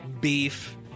beef